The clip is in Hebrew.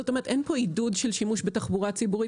אין פה עידוד של שימוש בתחבורה הציבורית